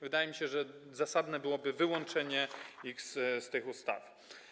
Wydaje mi się, że zasadne byłoby wyłączenie ich z tej ustawy.